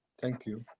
thank you.